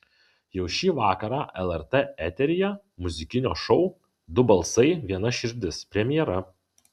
jau šį vakarą lrt eteryje muzikinio šou du balsai viena širdis premjera